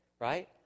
Right